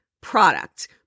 product